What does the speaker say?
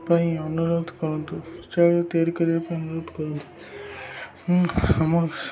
ପାଇଁ ଅନୁରୋଧ କରନ୍ତୁ ଶୌଚାଳୟ ତିଆରି କରିବା ପାଇଁ ଅନୁରୋଧ କରନ୍ତୁ ଆମ